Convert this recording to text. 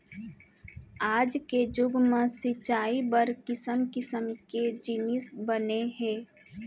आज के जुग म सिंचई बर किसम किसम के जिनिस बने हे